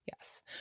Yes